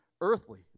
earthly